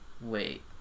Wait